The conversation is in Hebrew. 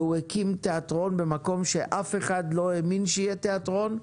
והוא הקים תיאטרון במקום שאף אחד לא האמין שיהיה תיאטרון.